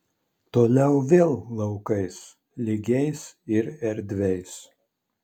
toliau vėl laukais lygiais ir erdviais